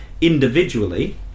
individually